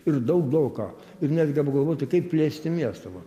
ir daug daug ką ir netgi apgalvoti kaip plėsti miestą va